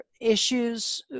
issues